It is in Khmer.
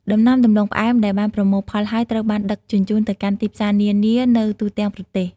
ដំណាំដំឡូងផ្អែមដែលបានប្រមូលផលហើយ ត្រូវបានដឹកជញ្ជូនទៅកាន់ទីផ្សារនានានៅទូទាំងប្រទេស។